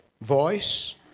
voice